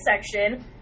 section